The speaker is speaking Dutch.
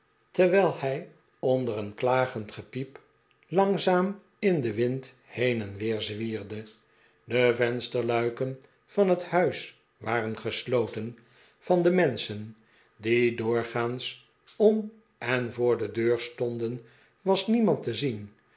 terwijl hij onder een klagend gepiep langzaam in den wind heen en weer zwierde de vensterlui ken van het huis waren gesloten van de menschen die doorgaans om en voor de deur stonden was niemand te zien